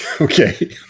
Okay